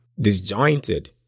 disjointed